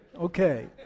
Okay